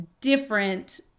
different